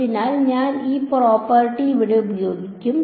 അതിനാൽ ഞങ്ങൾ ഈ പ്രോപ്പർട്ടി ഇവിടെ ഉപയോഗിക്കും